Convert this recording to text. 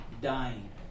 dying